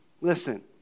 listen